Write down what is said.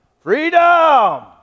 Freedom